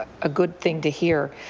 a good thing to hear.